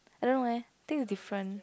I don't know leh I think different